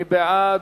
מי בעד?